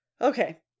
Okay